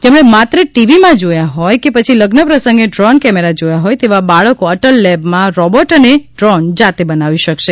જેમણે માત્ર ટીવીમાં જોવા હોય કે પછી લગ્ન પ્રસંગે ડ્રોન કેમેરા જોવા હોય તેવા બાળકો અટલ લેબમાં રોબોટ અને ડ્રોન જાતે બનાવી શકાશે